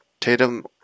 Tatum